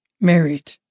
married